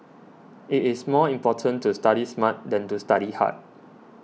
it is more important to study smart than to study hard